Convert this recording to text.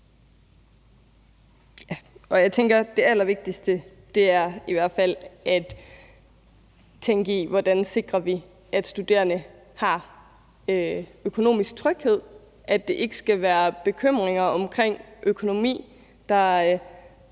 Det allervigtigste er i hvert fald at tænke i, hvordan vi sikrer, at studerende har økonomisk tryghed, og at det ikke skal være bekymringer omkring økonomi, der